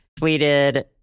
tweeted